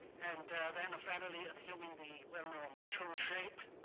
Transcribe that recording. and then finally, assuming the well-known mushroom shape.